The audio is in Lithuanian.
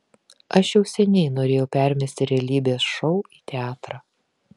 aš jau seniai norėjau permesti realybės šou į teatrą